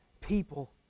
people